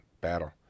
battle